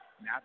Now